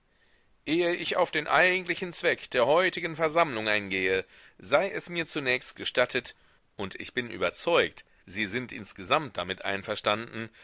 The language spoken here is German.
ehe ich auf den eigentlichen zweck der heutigen versammlung eingehe sei es mir zunächst gestattet und ich bin überzeugt sie sind insgesamt damit einverstanden